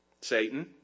Satan